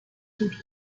tut